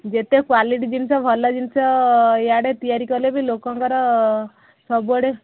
ଯେତେ କ୍ଵାଲିଟି ଜିନିଷ ଭଲ ଜିନିଷ ଇଆଡ଼େ ତିଆରି କଲେ ବି ଲୋକଙ୍କର ସବୁଆଡ଼େ